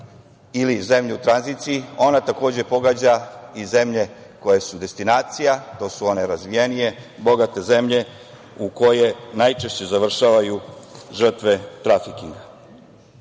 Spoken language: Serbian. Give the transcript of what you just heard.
ili zemlje u tranziciji, ona takođe pogađa i zemlje koje su destinacija. To su one razvijenije, bogate zemlje u koje najčešće završavaju žrtve trafikinga. Cilj